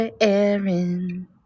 Aaron